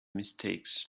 mistakes